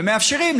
ומאפשרים,